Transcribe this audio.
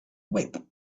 whip